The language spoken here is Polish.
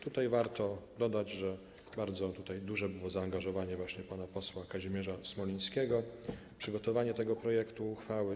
Tutaj warto dodać, że bardzo duże było zaangażowanie właśnie pana posła Kazimierza Smolińskiego w przygotowanie tego projektu uchwały.